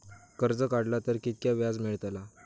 कर्ज काडला तर कीतक्या व्याज मेळतला?